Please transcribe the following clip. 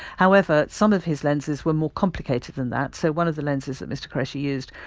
however, some of his lenses were more complicated than that. so, one of the lenses that mr qureshi used,